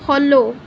follow